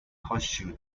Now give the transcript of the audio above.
horseshoe